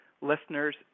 listeners